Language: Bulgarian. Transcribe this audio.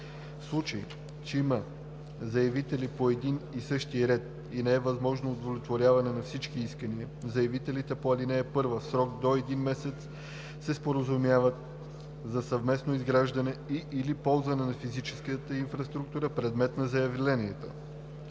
В случай че има заявители от един и същи ред и не е възможно удовлетворяване на всички искания, заявителите по ал. 1 в срок до един месец се споразумяват за съвместно изграждане и/или ползване на физическата инфраструктура предмет на заявленията.“